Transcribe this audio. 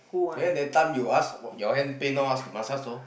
when that time you ask your hand pain loh ask to massage loh